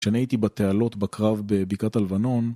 כשאני הייתי בתעלות בקרב בבקעת הלבנון